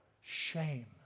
shame